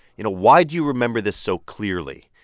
you know, why do you remember this so clearly?